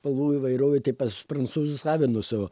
spalvų įvairovė tai pas prancūzus avinus o